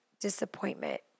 disappointment